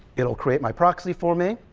it will create my proxy for me.